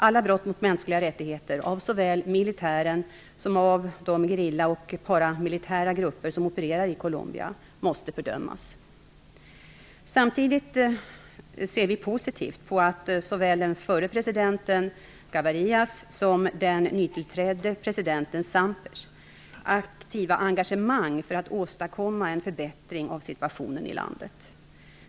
Alla brott mot mänskliga rättigheter begångna av såväl militären som av de gerilla och paramilitära grupper som opererar i Colombia måste fördömas. Samtidigt ser vi positivt på såväl den förre presidenten Gavirias som den nytillträdde presidenten Sampers aktiva engagemang för att åstadkomma en förbättring av situationen i landet.